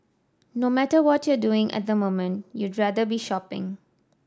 no matter what you're doing at the moment you'd rather be shopping